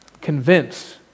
convinced